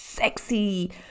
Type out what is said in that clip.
Sexy